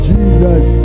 Jesus